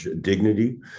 Dignity